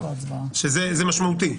זה משמעותי.